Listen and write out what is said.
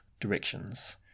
directions